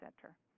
Center